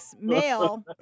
Male